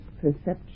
perception